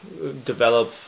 develop